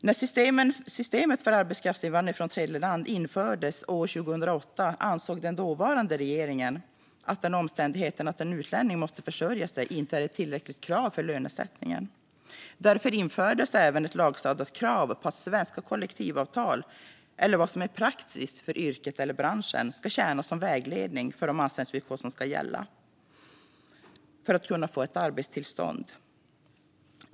När systemet för arbetskraftsinvandring från tredjeland infördes år 2008 ansåg den dåvarande regeringen att omständigheten att en utlänning måste försörja sig inte var ett tillräckligt krav för lönesättningen. Därför infördes även ett lagstadgat krav på att svenska kollektivavtal eller praxis för yrket eller branschen ska tjäna som vägledning för de anställningsvillkor som ska gälla för att kunna få ett arbetstillstånd.